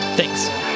Thanks